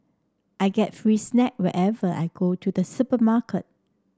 I get free snack whenever I go to the supermarket